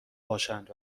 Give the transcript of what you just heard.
باشند